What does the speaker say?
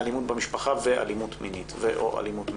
אלימות במשפחה ו/או אלימות מינית.